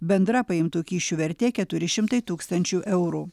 bendra paimtų kyšių vertė keturi šimtai tūkstančių eurų